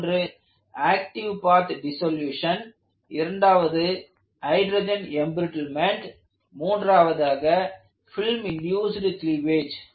ஒன்று active path dissolution இரண்டாவது hydrogen embrittlement மூன்றாவதாக பிலிம் இண்ட்யூஸ்ட் க்ளீவேஜ்